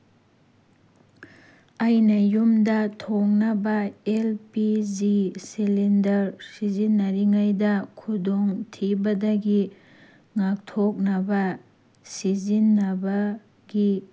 ꯑꯩꯅ ꯌꯨꯝꯗ ꯊꯣꯡꯅꯕ ꯑꯦꯜ ꯄꯤ ꯖꯤ ꯁꯤꯂꯤꯡꯗꯔ ꯁꯤꯖꯤꯟꯅꯔꯤꯉꯩꯗ ꯈꯨꯗꯣꯡꯊꯤꯕꯗꯒꯤ ꯉꯥꯛꯊꯣꯛꯅꯕ ꯁꯤꯖꯤꯟꯅꯕꯒꯤ